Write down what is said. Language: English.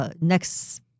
next